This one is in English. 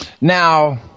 now